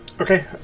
Okay